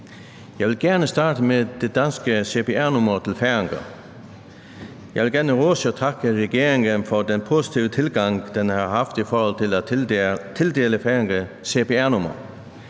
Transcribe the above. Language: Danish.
Jeg vil gerne starte med det danske cpr-nummer til færinger. Jeg vil gerne rose og takke regeringen for den positive tilgang, den har haft til at tildele færinger cpr-nummer.